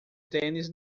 tênis